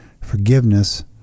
forgiveness